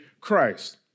Christ